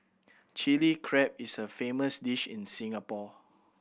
Chilli Crab is a famous dish in Singapore